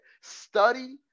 study